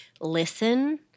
listen